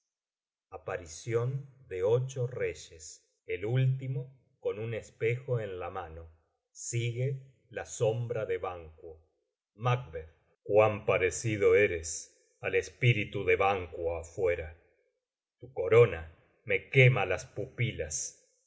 aparición de ocho reyes el último con un espejo en la mano sigue la sombra de banquo cuan parecido eres al espíritu de banquo afuera tu corona me quema las pupilas